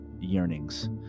yearnings